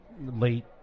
late